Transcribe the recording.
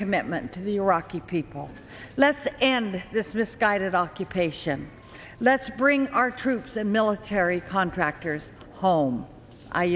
commitment to the iraqi people let's end this misguided occupation let's bring our troops and military contractors home i